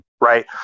right